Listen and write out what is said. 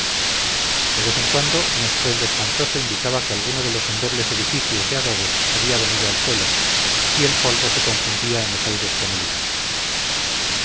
de vez en cuando un estruendo espantoso indicaba que alguno de los endebles edificios de adobes había venido al suelo y el polvo se confundía en los aires con el humo